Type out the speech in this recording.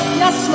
yes